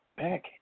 back